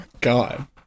god